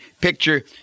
picture